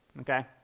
okay